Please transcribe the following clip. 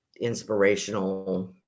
inspirational